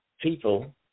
people